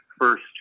First